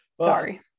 Sorry